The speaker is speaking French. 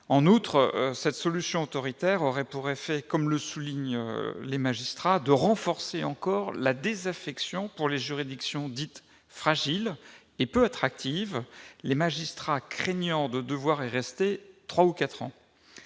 En outre, cette solution autoritaire aurait pour effet, ainsi que le soulignent les magistrats, de renforcer encore la désaffection pour les juridictions dites « fragiles » et peu attractives, les magistrats craignant de devoir y rester trois ou quatre ans.